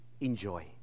Enjoy